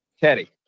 Teddy